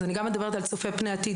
אז אני גם מדברת על צופה פני עתיד,